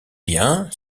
bien